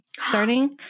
starting